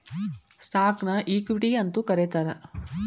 ಸ್ಟಾಕ್ನ ಇಕ್ವಿಟಿ ಅಂತೂ ಕರೇತಾರ